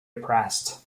oppressed